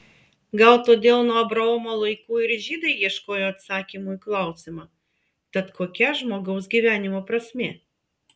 gal todėl nuo abraomo laikų ir žydai ieškojo atsakymų į klausimą tad kokia žmogaus gyvenimo prasmė